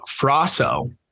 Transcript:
Frosso